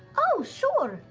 oh, sure!